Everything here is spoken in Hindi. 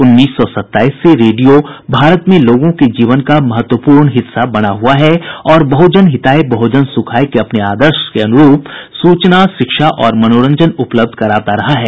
उन्नीस सौ सत्ताईस से रेडियो भारत में लोगों के जीवन का महत्वपूर्ण हिस्सा बना हुआ है और बहुजन हिताय बहुजन सुखाय के अपने आदर्श के अनुरूप सूचना शिक्षा और मनोरंजन उपलब्ध कराता रहा है